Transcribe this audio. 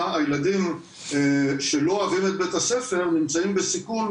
הילדים שלא אוהבים את בית הספר נמצאים בסיכון,